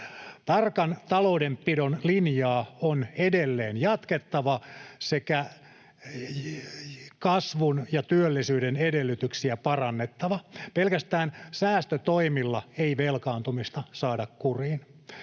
Tarkan taloudenpidon linjaa on edelleen jatkettava sekä kasvun ja työllisyyden edellytyksiä parannettava. Pelkästään säästötoimilla ei velkaantumista saada kuriin.